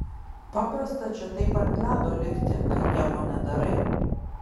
paprasta čia taip ant ledo likti kai nieko nedarai